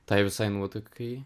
tai visai nuotaikai